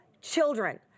children